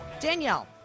Danielle